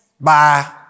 Bye